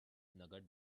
nougat